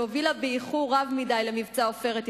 שהובילה באיחור רב מדי למבצע "עופרת יצוקה",